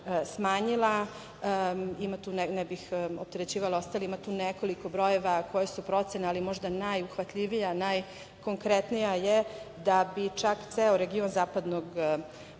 smanjio. Ne bih opterećivala ostale, ima tu nekoliko brojeva koje su procene, ali možda najuhvatljivija, najkonkretnija je da bi čak ceo region zapadnog